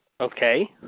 Okay